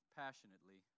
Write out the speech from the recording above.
passionately